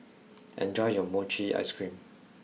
enjoy your mochi ice cream